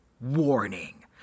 Warning